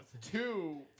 Two